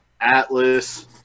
Atlas